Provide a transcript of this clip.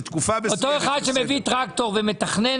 לתקופה מסוימת --- אותו אחד שמביא טרקטור ומתכנן